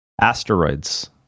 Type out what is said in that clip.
Asteroids